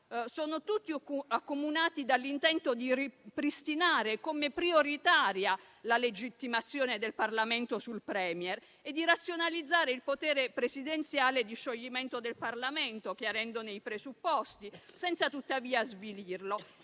sono tutti accomunati dall'intento di ripristinare come prioritaria la legittimazione del Parlamento sul *Premier* e di razionalizzare il potere presidenziale di scioglimento del Parlamento, chiarendone i presupposti, senza tuttavia svilirlo